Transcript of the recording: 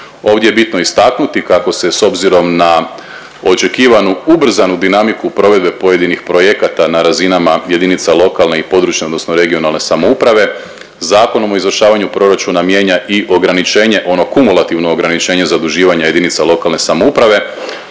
Ovdje je bitno istaknuti kako se s obzirom na očekivanu ubrzanu dinamiku provedbe pojedinih projekata na razinama jedinicama lokalne i područne odnosno regionalne samouprave Zakonom o izvršavanju proračuna mijenja i ograničenje, ono kumulativno ograničenje zaduživanja JLS. Ono je